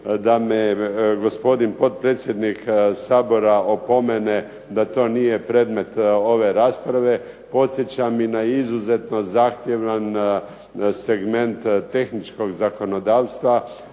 da me gospodin potpredsjednik Sabora opomene da to nije predmet ove rasprave podsjećam i na izuzetno zahtjevan segment tehničkog zakonodavstva